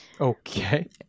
Okay